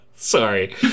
Sorry